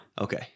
okay